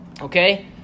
Okay